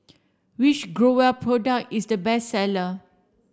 which Growell product is the best seller